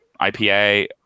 IPA